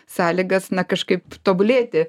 sąlygas na kažkaip tobulėti